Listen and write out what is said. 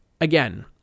again